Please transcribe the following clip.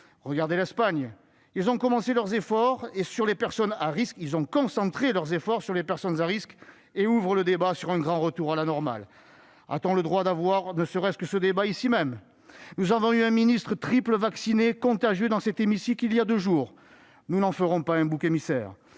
Regardez l'Espagne : les efforts ont été concentrés sur les personnes à risques, et le Gouvernement ouvre le débat sur un grand retour à la normale. A-t-on le droit d'avoir ne serait-ce que ce débat ici même ? Nous avons eu un ministre triple vacciné et contagieux dans cet hémicycle il y a deux jours. Nous n'en ferons pas un bouc émissaire,